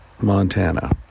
Montana